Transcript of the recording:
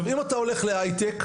אם אתה הולך להייטק,